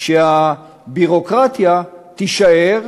שהביורוקרטיה תישאר,